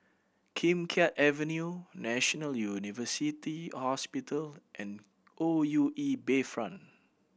Kim Keat Avenue National University Hospital and O U E Bayfront